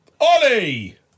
Ollie